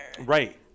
Right